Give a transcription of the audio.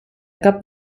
cap